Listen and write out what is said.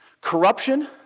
Corruption